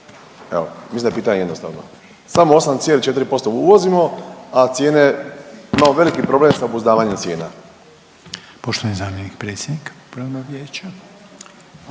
Evo, mislim da je pitanje jednostavno. Samo 8,4% uvozimo, a cijena je, imamo veliki problem sa obuzdavanjem cijena. **Reiner, Željko (HDZ)**